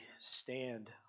stand